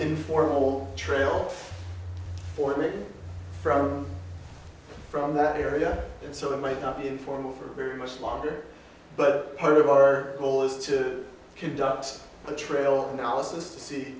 informal trail for it from from that area so it might not be informal for very much longer but part of our goal is to conduct a trail now is to see